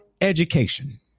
education